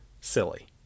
silly